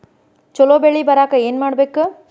ಛಲೋ ಬೆಳಿ ಬರಾಕ ಏನ್ ಮಾಡ್ಬೇಕ್?